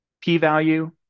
p-value